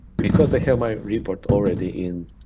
because i have my report already in